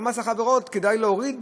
גם את מס החברות כדאי להוריד,